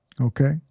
Okay